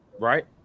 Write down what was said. right